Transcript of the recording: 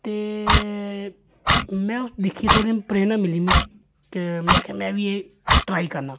ते में ओह् दिक्खी थोह्ड़ी प्रेरणा मिली के में आखेआ में बी एह् ट्राई करना